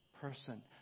person